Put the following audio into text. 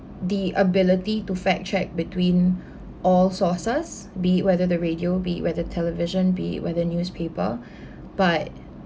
the ability to fact check between all sources be it whether the radio be it whether television be it whether newspaper but